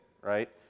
Right